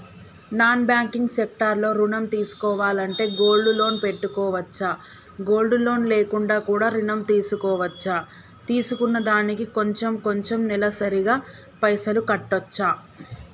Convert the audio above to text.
Non banking sector లో ఋణం తీసుకోవాలంటే గోల్డ్ లోన్ పెట్టుకోవచ్చా? గోల్డ్ లోన్ లేకుండా కూడా ఋణం తీసుకోవచ్చా? తీసుకున్న దానికి కొంచెం కొంచెం నెలసరి గా పైసలు కట్టొచ్చా?